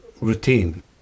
routine